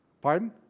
Pardon